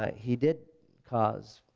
ah he did cause,